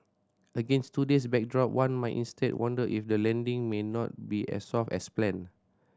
against today's backdrop one might instead wonder if the landing may not be as soft as planned